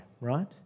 right